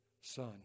son